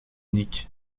munich